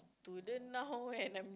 student now and I'm